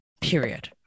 period